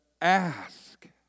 ask